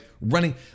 running